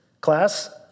class